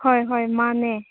ꯍꯣꯏ ꯍꯣꯏ ꯃꯥꯅꯦ